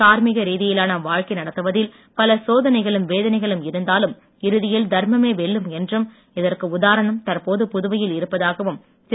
தார்மீக ரீதியிலான வாழ்க்கை நடத்துவதில் பல சோதனைகளும் வேதனைகளும் இருந்தாலும் இறுதியில் தர்மமே வெல்லும் என்றும் இதற்கு உதாரணம் தற்போது புதுவையில் இருப்பதாகவும் திரு